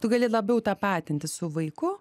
tu gali labiau tapatintis su vaiku